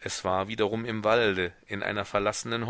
es war wiederum im walde in einer verlassenen